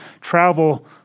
travel